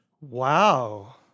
wow